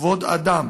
כבוד אדם